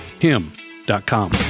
him.com